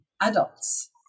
adults